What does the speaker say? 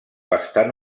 bastant